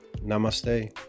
Namaste